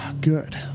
Good